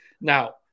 Now